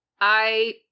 I-